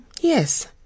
Yes